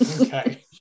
okay